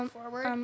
forward